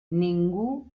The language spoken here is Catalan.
ningú